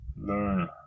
learn